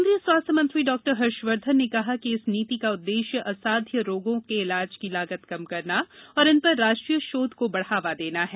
केंद्रीय स्वास्थ्य मंत्री डॉक्टर हर्षवर्धन ने कहा कि इस नीति का उद्देश्य असाध्य रोगों के इलाज की लागत कम करना और इन पर राष्ट्रीय शोध को बढ़ावा देना है